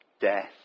death